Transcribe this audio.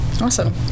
Awesome